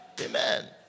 Amen